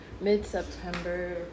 mid-September